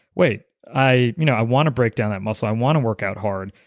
wait, i you know i want to break down that muscle, i want to work out hard,